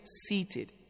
seated